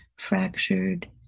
fractured